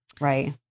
Right